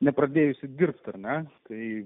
nepradėjusi dirbti darna kai